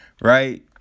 Right